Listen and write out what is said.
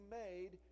made